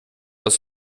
aus